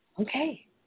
okay